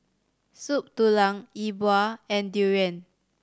Soup Tulang E Bua and durian